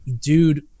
dude